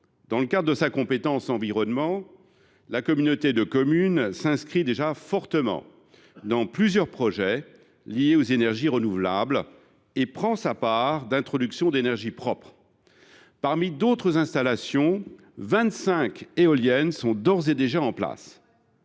Dans le cadre de sa compétence en matière d’environnement, la communauté de communes s’inscrit déjà fortement dans plusieurs projets liés aux énergies renouvelables et prend sa part dans l’introduction d’énergies propres. Ainsi, parmi d’autres installations, 25 éoliennes sont d’ores et déjà en place.